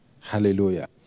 Hallelujah